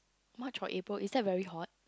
March or April is that very hot